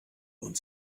uns